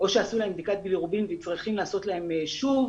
הן פוחדות לצאת עם